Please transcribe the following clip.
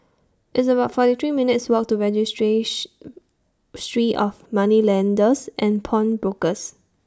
It's about forty three minutes' Walk to Registry three of Moneylenders and Pawnbrokers